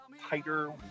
tighter